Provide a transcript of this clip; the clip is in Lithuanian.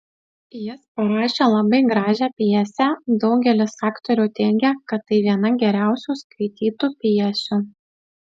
jis parašė labai gražią pjesę daugelis aktorių teigia kad tai viena geriausių skaitytų pjesių